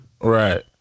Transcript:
Right